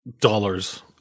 dollars